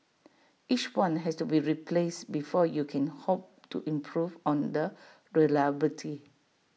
each one has to be replaced before you can hope to improve on the reliability